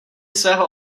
svého